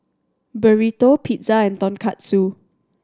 Burrito Pizza and Tonkatsu